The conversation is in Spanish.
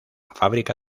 fábrica